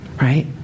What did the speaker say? right